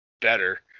better